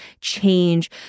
change